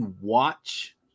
watch